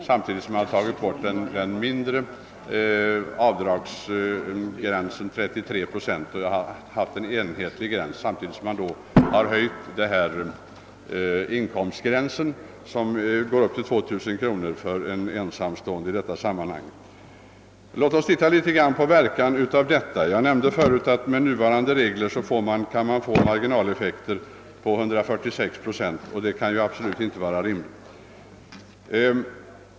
Samtidigt har man för lägre sidoinkomster höjt reduceringen från 33 procent till 50 procent, d.v.s. med 17 procent, alltså infört en enhetlig procentsats. Dessutom har inkomstgränsen höjts till 2000 kronor för en ensamstående person. Låt oss se något på verkningarna av förslaget. Jag nämnde förut att man med nuvarande regler kan få en marginaleffekt på 146 procent, vilket absolut inte kan vara rimligt.